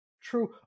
True